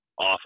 off